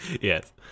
Yes